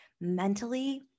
mentally